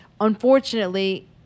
unfortunately